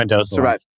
survive